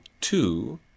two